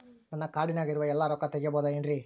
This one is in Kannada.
ನನ್ನ ಕಾರ್ಡಿನಾಗ ಇರುವ ಎಲ್ಲಾ ರೊಕ್ಕ ತೆಗೆಯಬಹುದು ಏನ್ರಿ?